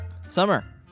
Summer